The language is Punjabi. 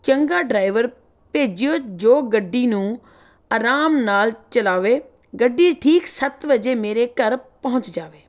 ਚੰਗਾ ਡਰਾਇਵਰ ਭੇਜਿਓ ਜੋ ਗੱਡੀ ਨੂੰ ਆਰਾਮ ਨਾਲ ਚਲਾਵੇ ਗੱਡੀ ਠੀਕ ਸੱਤ ਵਜੇ ਮੇਰੇ ਘਰ ਪਹੁੰਚ ਜਾਵੇ